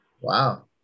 Wow